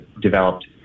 developed